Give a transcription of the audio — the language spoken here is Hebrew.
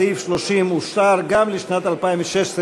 סעיף 30, המשרד לקליטת העלייה, לשנת התקציב 2016,